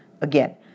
again